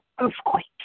earthquake